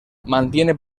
mantiene